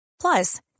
Plus